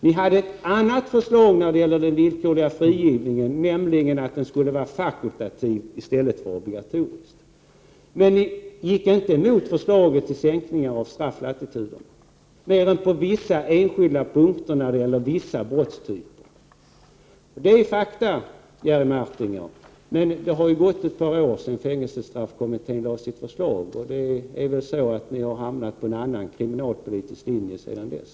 Ni hade ett annat förslag när det gäller den villkorliga frigivningen, nämligen att den skulle vara fakultativ i stället för obligatorisk. Men ni gick inte emot förslaget om sänkningar av strafflatituderna — mer än på vissa enskilda punkter när det gäller vissa brottstyper. Det är fakta, Jerry Martinger. Men det har ju gått ett par år sedan fängelsestraffkommittén lade fram sitt förslag, och det är väl så att ni har hamnat på en annan kriminalpolitisk linje sedan dess.